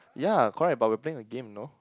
ya correct but we're playing a game no